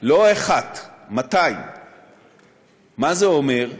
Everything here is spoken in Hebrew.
לא אחת, 200. מה זה אומר?